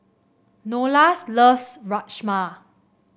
Nola loves Rajma